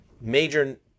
major